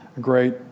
great